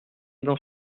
dans